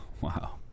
Wow